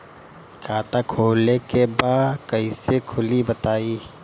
खाता खोले के बा कईसे खुली बताई?